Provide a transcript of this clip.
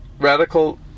radical